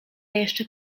jeszcze